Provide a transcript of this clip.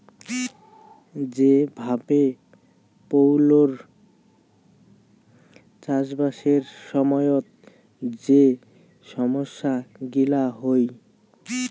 যে ভাবে গৌলৌর চাষবাসের সময়ত যে সমস্যা গিলা হই